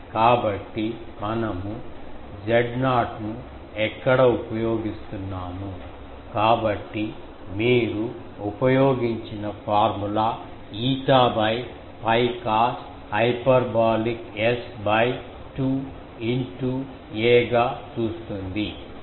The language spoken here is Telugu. కాబట్టి మనము Z0 ను ఎక్కడ ఉపయోగిస్తున్నాము కాబట్టి మీరు ఉపయోగించిన formula eta 𝛑 cos hyperbolic S 2 in two a గా చూస్తుంది